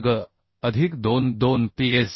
वर्ग अधिक 2 2PsPb